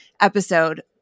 episode